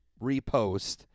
repost